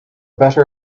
better